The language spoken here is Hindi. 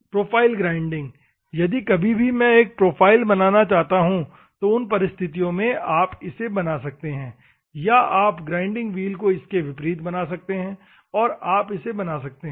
प्रोफाइल ग्राइंडिंग यदि कभी भी मैं एक प्रोफाइल बनाना चाहता हूं तो उन परिस्थितियों में आप इसे बना सकते हैं या आप ग्राइंडिंग व्हील को इसके विपरीत बना सकते हैं और आप इसे बना सकते हैं